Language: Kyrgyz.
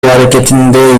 аракетинде